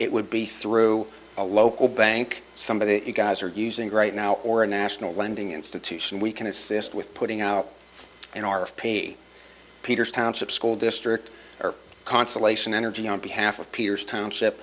it would be through a local bank somebody that you guys are using right now or a national lending institution we can assist with putting out in our pay peters township school district or constellation energy on behalf of peter's township